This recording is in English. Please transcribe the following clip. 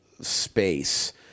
space